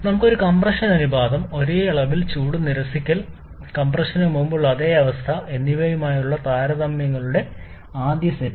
നമുക്ക് ഒരേ കംപ്രഷൻ അനുപാതം ഒരേ അളവിൽ ചൂട് നിരസിക്കൽ കംപ്രഷന് മുമ്പുള്ള അതേ അവസ്ഥ എന്നിവയുള്ള താരതമ്യങ്ങളുടെ ആദ്യ സെറ്റ്